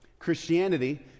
Christianity